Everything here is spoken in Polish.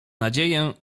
nadzieję